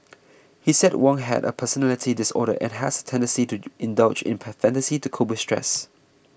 he said Wong has a personality disorder and has a tendency to indulge in fantasy to cope with stress